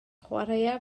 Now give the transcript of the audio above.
chwaraea